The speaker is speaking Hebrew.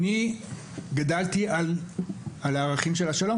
אני גדלתי על הערכים של השלום.